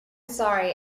sorry